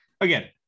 again